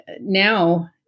now